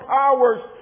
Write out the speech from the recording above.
powers